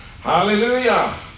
hallelujah